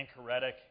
Anchoretic